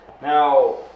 Now